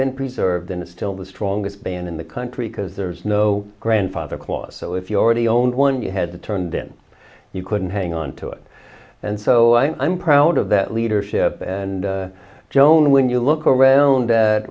been preserved and it's still the strongest band in the country because there's no grandfather clause so if you already own one you had to turn then you couldn't hang on to it and so i'm proud of that leadership and joan when you look around at